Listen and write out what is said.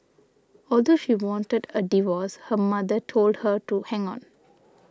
although she wanted a divorce her mother told her to hang on